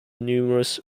numerous